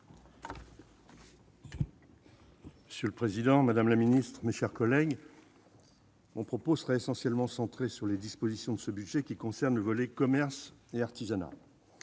Monsieur le président, madame la secrétaire d'État, mes chers collègues, mon propos sera essentiellement centré sur les dispositions de ce budget qui concernent le volet commerce et artisanat.